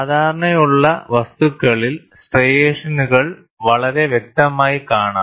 സാധാരണയുള്ള വസ്തുക്കളിൽ സ്ട്രൈഷനുകൾ വളരെ വ്യക്തമായി കാണാം